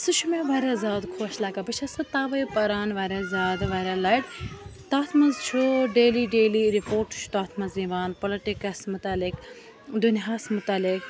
سُہ چھُ مےٚ واریاہ زیادٕ خۄش لَگان بہٕ چھَس سُہ تَوَے پَران واریاہ زیادٕ واریاہ لَٹہِ تَتھ منٛز چھُ ڈیلی ڈیلی رِپوٹٕس چھُ تَتھ منٛز یِوان پُلٹِکَس متعلق دُنیاہَس متعلِق